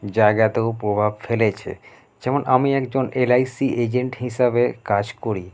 জায়গাতেও প্রভাব ফেলেছে যেমন আমি একজন এলআইসি এজেন্ট হিসাবে কাজ করি